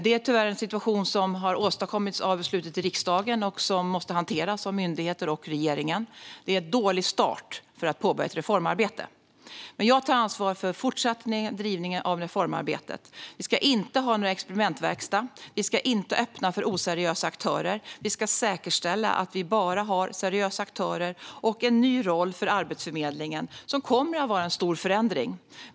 Det är tyvärr en situation som har åstadkommits av beslutet i riksdagen och som måste hanteras av myndigheter och av regeringen. Detta är en dålig start för att påbörja ett reformarbete. Men jag tar ansvar för att fortsatt driva reformarbetet. Vi ska inte ha någon experimentverkstad. Vi ska inte öppna för oseriösa aktörer. Vi ska säkerställa att vi har bara seriösa aktörer och en ny roll för Arbetsförmedlingen, som kommer att innebära en stor förändring.